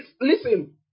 Listen